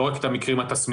לא רק את המקרים התסמיניים.